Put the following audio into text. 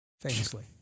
famously